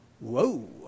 Whoa